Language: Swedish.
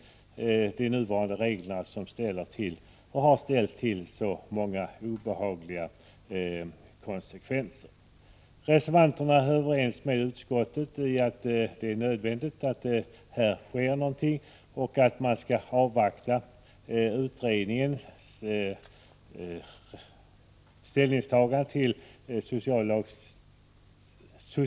Det är de nuvarande reglerna som har ställt till och ställer till så många obehagliga konsekvenser. Reservanterna är överens med utskottet om nödvändigheten av att det sker något men anser också att socialavgiftsutredningens förslag skall avvaktas.